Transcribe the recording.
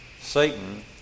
Satan